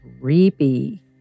creepy